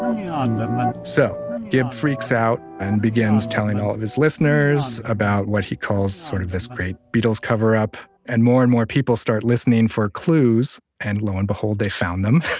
um yeah ah so gibb freaks out and begins telling all of his listeners about what he calls sort of this great beatles coverup and more and more people start listening for clues and low and behold they found them.